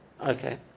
Okay